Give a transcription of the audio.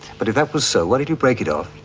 but if that was so, why did you break it off?